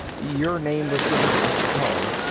your name was given to us to call.